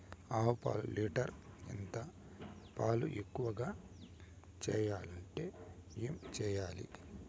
ఆవు పాలు లీటర్ ఎంత? పాలు ఎక్కువగా ఇయ్యాలంటే ఏం చేయాలి?